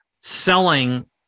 selling